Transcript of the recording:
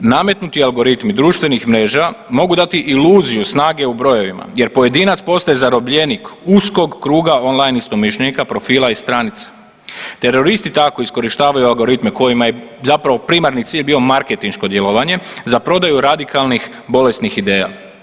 Nametnuti algoritmi društvenih mreža mogu dati iluziju snage u brojevima jer pojedinac postaje zarobljenik uskog kruga online istomišljenika, profila i stranica, teroristi tako iskorištavaju algoritme kojima je zapravo primarni cilj bio marketinško djelovanje za prodaju radikalnih bolesnih ideja.